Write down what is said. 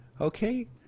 okay